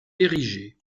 érigé